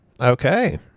Okay